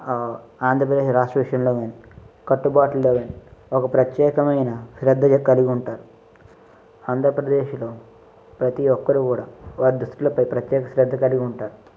ఆంధ్రప్రదేశ్ రాష్ట్ర విషయంలో కానీ కట్టుబాట్లలో కానీ ఒక ప్రత్యేకమైన శ్రద్ధ కలిగి ఉంటారు ఆంధ్రప్రదేశ్లో ప్రతి ఒక్కరు కూడా వారి దుస్తులపై ప్రత్యేక శ్రద్ధ కలిగి ఉంటారు